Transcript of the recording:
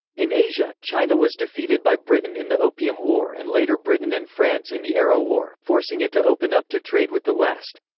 in asia, china was defeated by britain in the opium war and later britain and france in the arrow war, forcing it to open up to trade with the west.